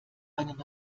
einen